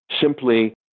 simply